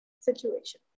situation